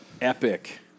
epic